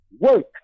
Work